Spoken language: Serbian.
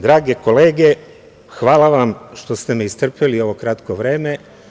Drage kolege, hvala vam što ste me istrpeli ovo kratko vreme.